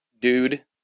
dude